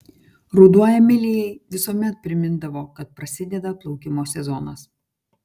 ruduo emilijai visuomet primindavo kad prasideda plaukimo sezonas